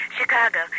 Chicago